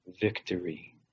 victory